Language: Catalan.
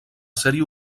sèrie